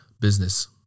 business